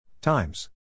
Times